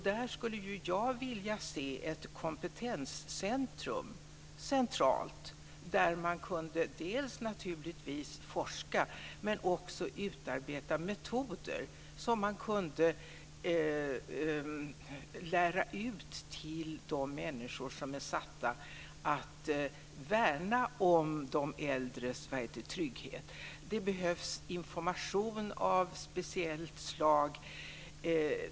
Jag skulle vilja se ett kompetenscentrum där man kunde forska och utarbeta metoder som kunde läras ut till de människor som är satta att värna om de äldres trygghet. Det behövs information av ett speciellt slag.